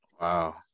wow